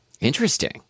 interesting